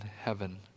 heaven